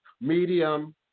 medium